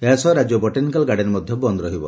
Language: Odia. ଏହା ସହ ରାଜ୍ୟ ବଟାନିକାଲ ଗାର୍ଡେନ ମଧ୍ଧ ବନ୍ଦ ରହିବ